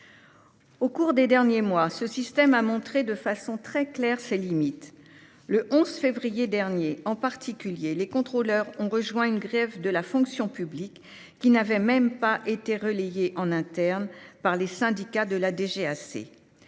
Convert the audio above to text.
Au cours des derniers mois, ce système a montré ses limites de façon très claire, en particulier le 11 février dernier, quand des contrôleurs aériens ont rejoint une grève de la fonction publique qui n'avait même pas été relayée en interne par les syndicats de la DGAC.